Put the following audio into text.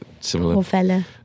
similar